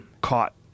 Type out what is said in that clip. caught